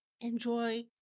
Enjoy